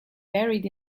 buried